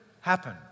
happen